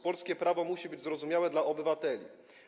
Polskie prawo musi być zrozumiałe dla obywateli.